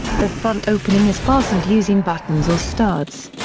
the front opening is fastened using buttons or studs.